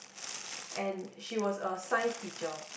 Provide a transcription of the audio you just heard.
and she was a science teacher